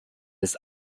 ist